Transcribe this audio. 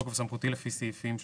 בתוקף סמכותי לפי סעיפים 32(ב)